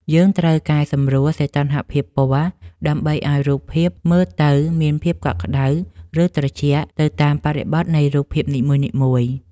យើងត្រូវកែសម្រួល សីតុណ្ហភាពពណ៌ ដើម្បីឱ្យរូបភាពមើលទៅមានភាពកក់ក្ដៅ ឬត្រជាក់ទៅតាមបរិបទនៃរូបភាពនីមួយៗ។